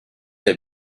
der